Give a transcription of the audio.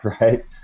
right